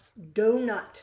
Donut